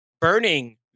burning